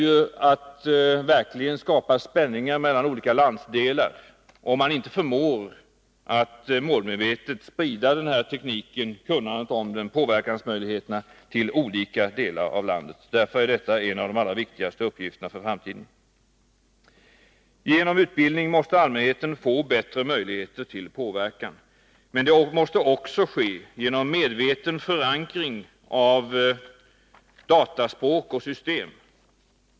Det innebär verkligen att skapa spänningar mellan olika landsdelar, om man inte förmår att målmedvetet sprida den här tekniken, kunnandet om den och påverkansmöjligheterna till olika delar av landet. Därför är detta en av de allra viktigaste uppgifterna för framtiden. Genom utbildning måste allmänheten få bättre möjligheter till påverkan. Men det måste också ske genom en medveten förankring av dataspråk och system.